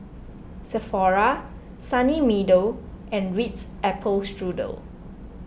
Sephora Sunny Meadow and Ritz Apple Strudel